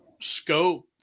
scope